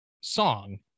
song